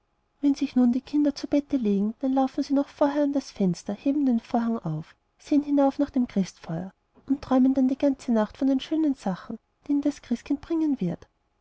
wenn sich nun die kinder zu bette legen dann laufen sie noch vorher an das fenster heben den vorhang auf sehen hinauf nach dem christkindfeuer und träumen dann die ganze nacht von den schönen sachen die ihnen das christkind bringen wird